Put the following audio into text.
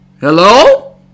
Hello